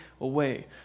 away